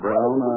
Brown